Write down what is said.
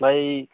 ଭାଇ